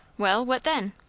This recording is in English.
well, what then?